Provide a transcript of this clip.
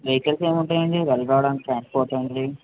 vehicles ఏముంటాయండి వెళ్ళి రావడానికి ట్రాన్స్పోర్ట్ లాంటిది